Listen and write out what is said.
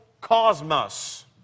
cosmos